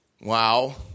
Wow